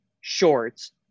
shorts